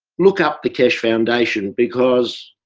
look up the keshe foundation because